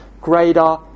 greater